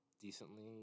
decently